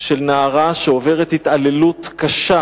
של נערה שעוברת התעללות קשה